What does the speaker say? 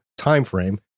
timeframe